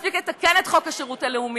לא מספיק לתקן את חוק השירות הלאומי,